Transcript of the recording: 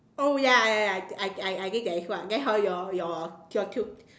oh ya ya ya I I I think that is what then how your your tu~